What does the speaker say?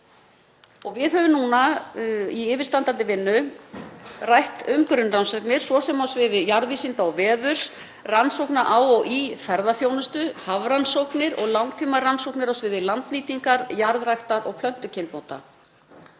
Við höfum núna í yfirstandandi vinnu rætt um grunnrannsóknir, svo sem á sviði jarðvísinda og veðurs, um rannsóknir á ferðaþjónustu, hafrannsóknir og langtímarannsóknir á sviði landnýtingar, jarðræktar og plöntukynbóta.